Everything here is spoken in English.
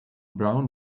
brown